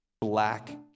black